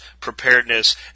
preparedness